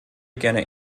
gerne